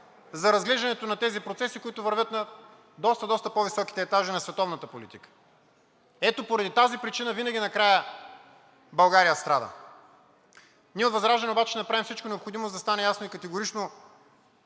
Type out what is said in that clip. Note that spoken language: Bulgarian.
за разглеждането на тези процеси, които вървят на доста, доста по-високите етажи на световната политика. Ето поради тази причина винаги накрая България страда. Ние от ВЪЗРАЖДАНЕ обаче ще направим всичко необходимо, за да стане ясно и категорично